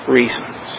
reasons